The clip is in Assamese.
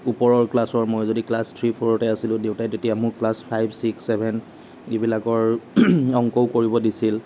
ওপৰৰ ক্লাছৰ মই যদি ক্লাছ থ্ৰী ফ'ৰতে আছিলো দেউতাই তেতিয়া মোক ক্লাছ ফাইভ ছিক্স ছেভেন এইবিলাকৰ অংকও কৰিব দিছিল